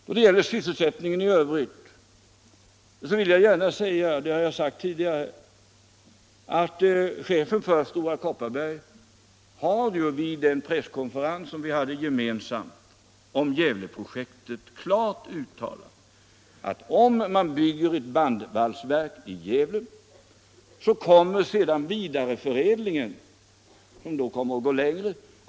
När det gäller sysselsättningen i övrigt vill jag säga — det har jag sagt tidigare också — att chefen för Stora Kopparberg vid den presskonferens vi hade gemensamt om Gävleprojektet klart uttalade att om man bygger ett bandvalsverk i Gävle, så kommer vidareförädlingen att ske i Bergslagen.